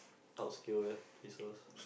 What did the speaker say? obscure places